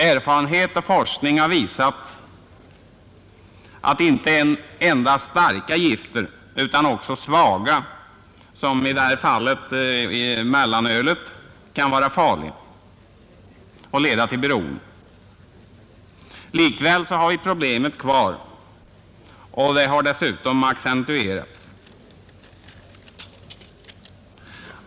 Erfarenhet och forskning har visat att inte endast starka gifter utan också svaga — i detta fall mellanölet — kan vara farliga och leda till beroende. Likväl har vi problemet kvar, och dessutom har det accentuerats.